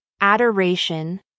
adoration